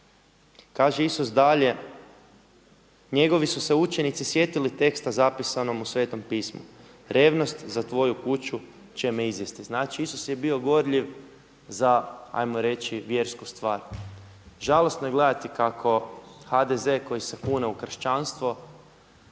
Kaže Isus dalje, njegovi su se učenici sjetili teksta zapisanom u Svetom pismu: „revnost za tvoju kuću će me izjesti.“ Znači Isus je bio gorljiv za hajmo reći vjersku stvar. Žalosno je gledati kako HDZ koji se kune u kršćanstvo,